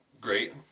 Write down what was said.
great